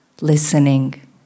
listening